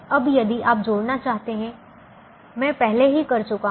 अब यदि आप जोड़ना चाहते हैं मैं पहले ही कर चुका हूं